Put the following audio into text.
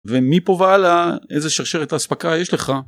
ומפה והלאה איזה שרשרת אספקה יש לך.